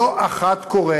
לא אחת קורה